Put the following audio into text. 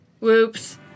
Whoops